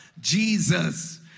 Jesus